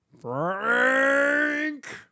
Frank